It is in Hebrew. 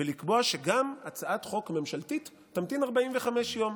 ולקבוע שגם הצעת חוק ממשלתית תמתין 45 יום,